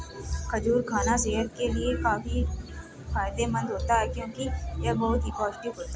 खजूर खाना सेहत के लिए काफी फायदेमंद होता है क्योंकि यह बहुत ही पौष्टिक होता है